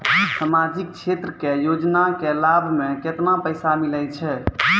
समाजिक क्षेत्र के योजना के लाभ मे केतना पैसा मिलै छै?